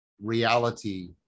reality